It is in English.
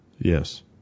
Yes